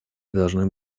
должны